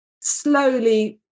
slowly